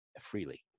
freely